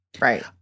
right